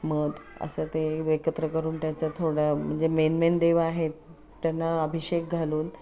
मध असं ते एकत्र करून त्याचा थोडा म्हणजे मेन मेन देव आहेत त्यांना अभिषेक घालून